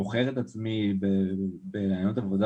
מוכר את עצמי בראיונות עבודה,